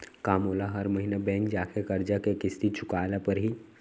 का मोला हर महीना बैंक जाके करजा के किस्ती चुकाए ल परहि?